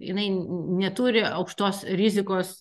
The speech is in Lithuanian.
jinai neturi aukštos rizikos